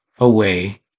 away